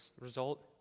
result